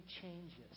changes